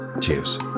cheers